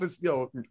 Yo